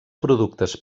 productes